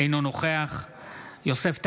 אינו נוכח יוסף טייב,